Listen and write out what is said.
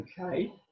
Okay